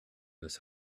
this